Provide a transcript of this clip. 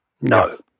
No